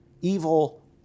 evil